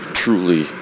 truly